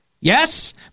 Yes